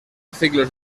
ciclos